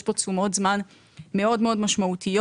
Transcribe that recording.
יש פה תשומות זמן מאוד מאוד משמעותיות